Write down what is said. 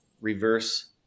reverse